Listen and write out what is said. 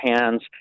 hands